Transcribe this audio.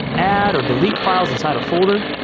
add or delete files inside a folder,